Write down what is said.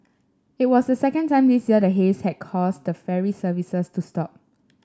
it was the second time this year the haze had caused ferry services to stop